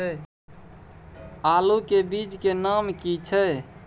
आलू के बीज के नाम की छै?